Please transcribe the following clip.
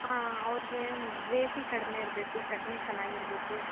ಹಾಂ ಅವ್ರಿಗೆ ಗ್ರೇಸಿ ಕಡಿಮೆ ಇರಬೇಕು ಚಟ್ನಿ ಚೆನ್ನಾಗಿರ್ಬೇಕು